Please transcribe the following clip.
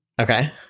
Okay